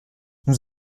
nous